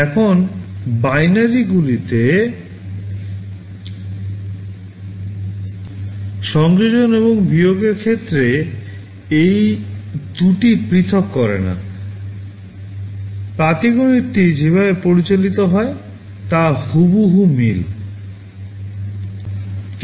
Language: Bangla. এখন বাইনারি সংযোজন এখানে পরিচালিত হয় তা একই রকম